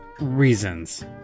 reasons